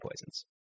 poisons